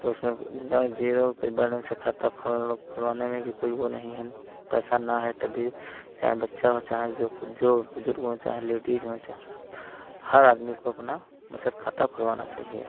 तो उसमें मतलब ज़ीरो की बैलेंस से खाता खोल लूँ खुलवाने में भी कोई वो नहीं है पैसा ना है तब भी चाहे बच्चा हो चाहे जो कु जो बुज़ुर्ग हों चाहे लेडीज़ हों चा हर आदमी को अपना बचत खाता खुलवाना चाहिए